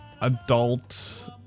adult